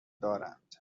دارند